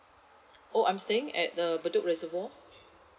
oh I'm staying at uh bedok reservoir